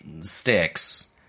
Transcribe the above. sticks